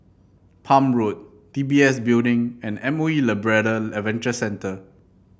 Palm Road D B S Building and M O E Labrador Adventure Centre